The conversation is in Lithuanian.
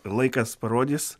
laikas parodys